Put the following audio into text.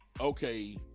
okay